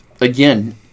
again